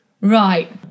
Right